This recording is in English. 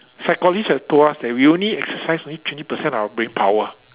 psychologist have told us that we only exercise only twenty percent of our brain power